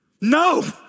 No